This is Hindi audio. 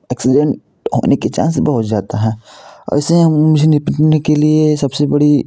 एक्सीडेंट होने के चांस हो जाता है वैसे ही हम मुझे के लिए सबसे बड़ी